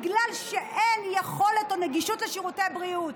בגלל שאין יכולת או נגישות לשירותי הבריאות,